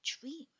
dream